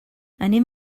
anem